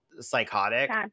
psychotic